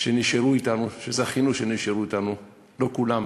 שנשארו אתנו, שזכינו שנשארו אתנו, לא כולם,